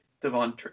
Devon